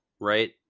right